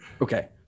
Okay